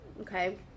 Okay